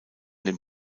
dem